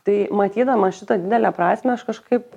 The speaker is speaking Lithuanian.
tai matydama šitą didelę prasmę aš kažkaip